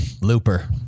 Looper